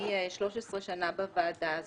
אני 13 שנה בוועדה.